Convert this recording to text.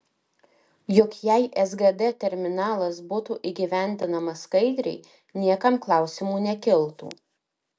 juk jei sgd terminalas būtų įgyvendinamas skaidriai niekam klausimų nekiltų